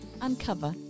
uncover